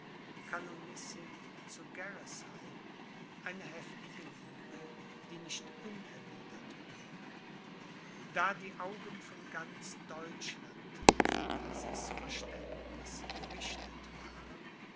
zu gerresheim eine heftige liebe die nicht unerwidert blieb da die augen von ganz deutschland auf dieses verständniß gerichtet waren